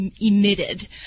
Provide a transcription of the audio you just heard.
emitted